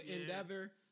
endeavor